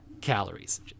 calories